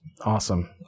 Awesome